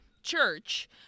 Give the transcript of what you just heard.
church